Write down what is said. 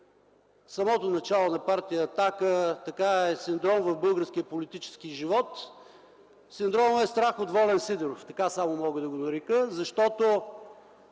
самото начало на партия „Атака” е синдром в българския политически живот – синдромът е страх от Волен Сидеров. Само така мога да го нарека, защото